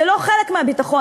זה לא חלק מהביטחון,